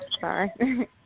sorry